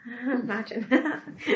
imagine